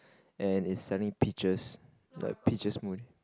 and it selling peaches like peaches smo~